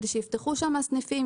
ושיפתחו שם סניפים,